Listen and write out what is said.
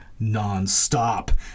nonstop